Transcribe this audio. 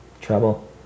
trouble